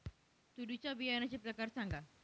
तूरीच्या बियाण्याचे प्रकार सांगा